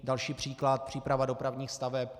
Další příklad, příprava dopravních staveb.